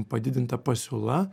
padidinta pasiūla